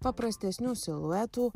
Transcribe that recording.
paprastesnių siluetų